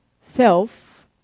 self